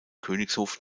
königshof